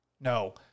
No